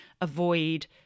avoid